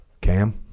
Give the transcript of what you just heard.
cam